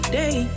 day